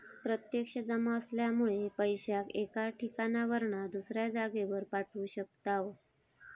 प्रत्यक्ष जमा असल्यामुळे पैशाक एका ठिकाणावरना दुसऱ्या जागेर पाठवू शकताव